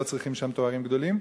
שלא צריכים שם תארים גדולים.